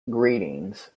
greetings